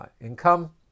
income